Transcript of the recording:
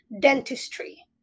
dentistry